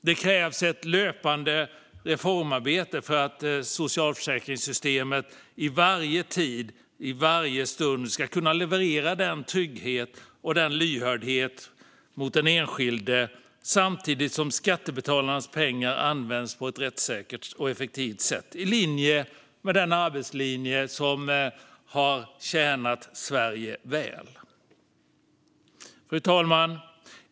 Det krävs ett löpande reformarbete för att socialförsäkringssystemet vid varje tid och stund ska kunna leverera trygghet och lyhördhet mot den enskilde samtidigt som skattebetalarnas pengar används rättssäkert och effektivt i linje med den arbetslinje som har tjänat Sverige väl. Fru talman!